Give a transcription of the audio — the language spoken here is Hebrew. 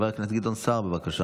מעודדים ללהט"ביות.